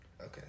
Okay